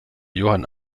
johann